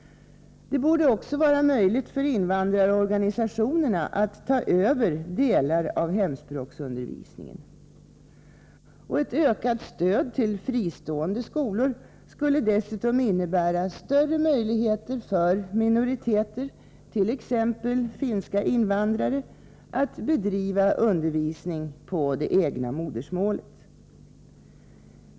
Det borde också vara möjligt för invandrarorganisationerna att ta över delar av hemspråksundervisningen. Ett ökat stöd till fristående skolor skulle dessutom innebära större möjligheter för minoriteter —t.ex. finska invandrare — att bedriva undervisning på det egna modersmålet.